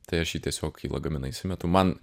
tai aš jį tiesiog į lagaminą įsimetu man